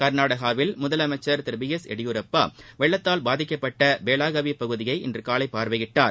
கர்நாடகாவில் முதலமைச்சர் திரு பி எஸ் எடியூரப்பா வெள்ளத்தால் பாதிக்கப்பட்ட பேலாகவி பகுதியை இன்று காலை பார்வையிட்டார்